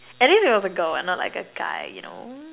at least it was a girl and not like a guy you know